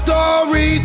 Story